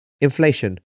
inflation